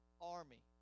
army